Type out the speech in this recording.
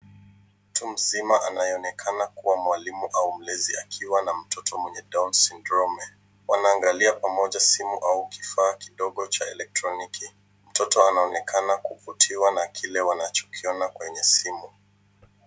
Mtu mzima anayeonekana kuwa mwalimu au mlezi akiwa na mtoto mwenye down syndrome .Waangalia pamoja simu au kifaa kidogo cha elektroniki. Mtoto anaonekana kuvutiwa na kile wanachokiona kwenye simu.